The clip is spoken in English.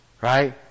right